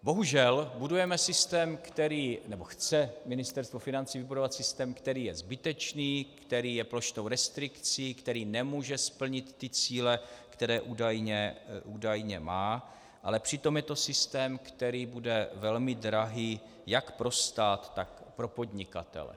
Bohužel budujeme systém, nebo chce Ministerstvo financí vybudovat systém, který je zbytečný, který je plošnou restrikcí, který nemůže splnit cíle, které údajně má, ale přitom je to systém, který bude velmi drahý jak pro stát, tak pro podnikatele.